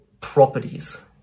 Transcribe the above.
properties